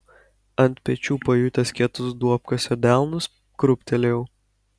ant pečių pajutęs kietus duobkasio delnus krūptelėjau